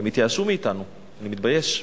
הם התייאשו מאתנו, אני מתבייש.